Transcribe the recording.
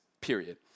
period